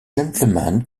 gentleman